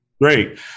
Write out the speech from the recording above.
Great